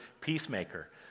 peacemaker